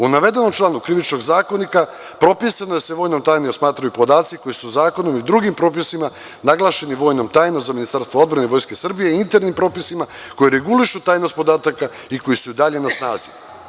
U navedenom članu Krivičnog zakonika propisano je da se vojnom tajnom smatraju podaci koji su zakonom i drugim propisima naglašeni vojnom tajnom za Ministarstvo odbrane Vojske Srbije i internim propisima koji regulišu tajnost podataka i koji su i dalje na snazi.